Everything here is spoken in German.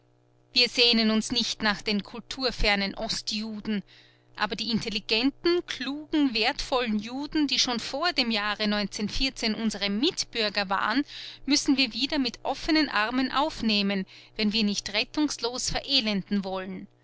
wir sehnen uns nicht nach den kulturfernen ostjuden aber die intelligenten klugen wertvollen juden die schon vor dem jahre unsere mitbürger waren müssen wir wieder mit offenen armen aufnehmen wenn wir nicht rettungslos verelenden wollen